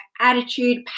attitude